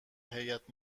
هیات